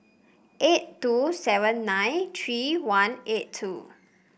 eight two seven nine three one eight two